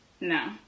No